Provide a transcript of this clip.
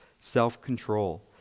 self-control